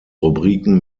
rubriken